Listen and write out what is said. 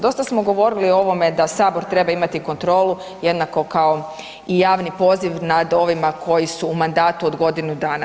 Dosta smo govorili o ovome da sabor treba imati kontrolu jednako kao i javni poziv nad ovima koji su u mandatu od godinu dana.